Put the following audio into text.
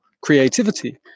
creativity